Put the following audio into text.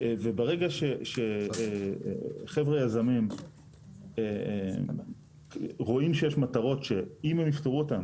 ברגע שחבר'ה יזמים רואים שיש מטרות שאם הם יפתרו אותן,